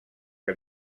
que